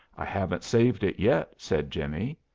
i haven't saved it yet, said jimmie.